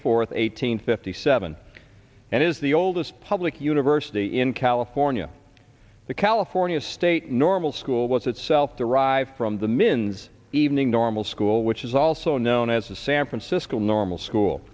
fourth eighteen fifty seven and is the oldest public university in california the california state normal school was itself derived from the min's evening normal school which is also known as a san francisco normal school